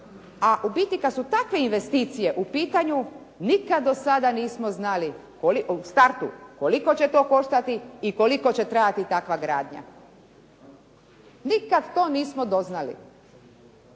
a u biti kad su takve investicije u pitanju nikada do sada nismo znali u startu koliko će to koštati i koliko će trajati takva gradnja. Nikad to nismo doznali,